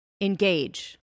engage